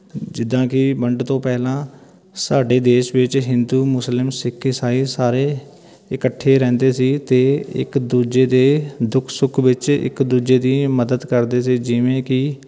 ਜਿੱਦਾਂ ਕਿ ਵੰਡ ਤੋਂ ਪਹਿਲਾਂ ਸਾਡੇ ਦੇਸ਼ ਵਿੱਚ ਹਿੰਦੂ ਮੁਸਲਿਮ ਸਿੱਖ ਇਸਾਈ ਸਾਰੇ ਇਕੱਠੇ ਰਹਿੰਦੇ ਸੀ ਅਤੇ ਇੱਕ ਦੂਜੇ ਦੇ ਦੁੱਖ ਸੁੱਖ ਵਿੱਚ ਇੱਕ ਦੂਜੇ ਦੀ ਮਦਦ ਕਰਦੇ ਸੀ ਜਿਵੇਂ ਕਿ